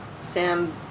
Sam